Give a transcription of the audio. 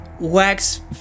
Wax